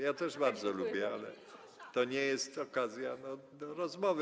Ja też bardzo lubię, ale to nie jest okazja do rozmowy.